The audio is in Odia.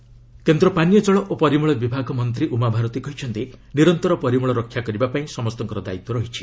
ଉମା ଭାରତୀ ସାନିଟେସନ୍ କେନ୍ଦ୍ର ପାନୀୟ ଜଳ ଓ ପରିମଳ ବିଭାଗ ମନ୍ତ୍ରୀ ଉମା ଭାରତୀ କହିଛନ୍ତି ନିରନ୍ତର ପରିମଳ ରକ୍ଷା କରିବାପାଇଁ ସମସ୍ତଙ୍କର ଦାୟିତ୍ୱ ରହିଛି